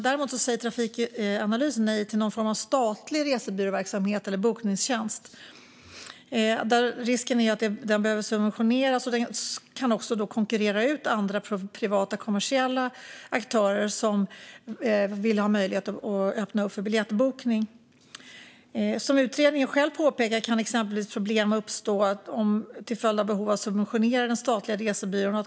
Däremot säger Trafikanalys nej till någon form av statlig resebyråverksamhet eller bokningstjänst. Risken är att den behöver subventioneras. Den kan också konkurrera ut andra privata kommersiella aktörer som vill ha möjlighet att öppna för biljettbokning. Som utredningen själv påpekar kan exempelvis problem uppstå till följd av behov av subventionering av den statliga resebyrån.